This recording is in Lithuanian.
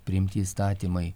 priimti įstatymai